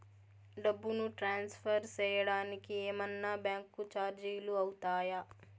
డబ్బును ట్రాన్స్ఫర్ సేయడానికి ఏమన్నా బ్యాంకు చార్జీలు అవుతాయా?